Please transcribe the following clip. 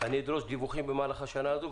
שאני אדרוש דיווחים במהלך השנה הזאת.